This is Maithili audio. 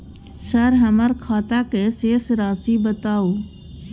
सर हमर खाता के शेस राशि बताउ?